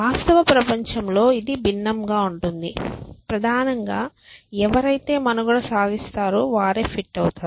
వాస్తవ ప్రపంచంలో ఇది భిన్నంగా ఉంటుంది ప్రధానంగా ఎవరైతే మనుగడ సాగిస్తారో వారే ఫిట్ అవుతారు